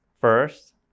First